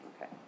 Okay